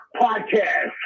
Podcast